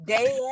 Day